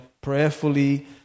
prayerfully